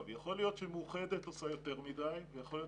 יכול להיות שמאוחדת עושה יותר מדי ויכול להיות